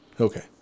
Okay